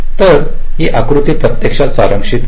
तर हा आकृती प्रत्यक्षात सारांशित करते